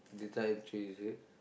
did I chase it